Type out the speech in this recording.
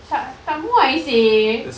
tak tak muai seh